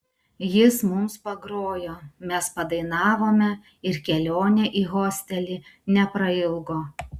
jis mums pagrojo mes padainavome ir kelionė į hostelį neprailgo